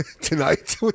tonight